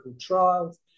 trials